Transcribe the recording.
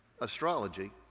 astrology